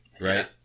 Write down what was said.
right